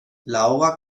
laura